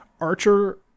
Archer